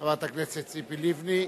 חברת הכנסת ציפי לבני.